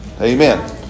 Amen